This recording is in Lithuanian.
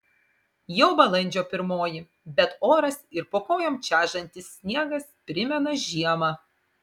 jau balandžio pirmoji bet oras ir po kojom čežantis sniegas primena žiemą